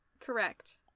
correct